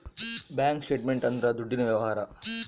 bank statement ಅಂದ್ರ ದುಡ್ಡಿನ ವ್ಯವಹಾರ